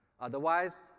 Otherwise